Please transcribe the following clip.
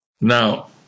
Now